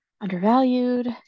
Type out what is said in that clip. undervalued